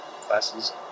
classes